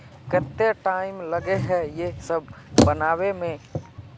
केते टाइम लगे है ये सब बनावे में?